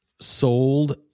sold